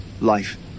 life